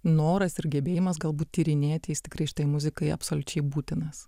noras ir gebėjimas galbūt tyrinėti jis tikrai šitai muzikai absoliučiai būtinas